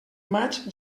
maig